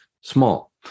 small